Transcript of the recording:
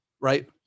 right